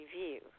review